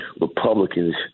Republicans